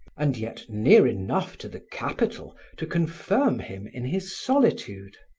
and yet near enough to the capital to confirm him in his solitude.